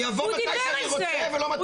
אני אבוא מתי שאני רוצה ולא מתי שאת רוצה.